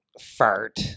fart